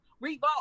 Revolt